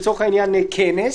כאשר לצורך העניין כנס,